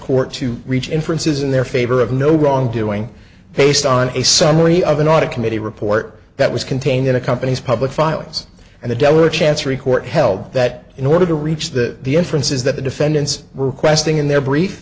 court to reach inferences in their favor of no wrongdoing based on a summary of an audit committee report that was contained in a company's public filings and the delaware chancery court held that in order to reach the inference is that the defendants were requesting in their brief